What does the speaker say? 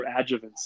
adjuvants